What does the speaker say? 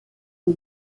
poi